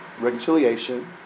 reconciliation